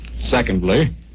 Secondly